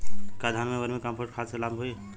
का धान में वर्मी कंपोस्ट खाद से लाभ होई?